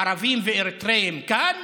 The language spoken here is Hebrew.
ערבים ואריתריאים כאן,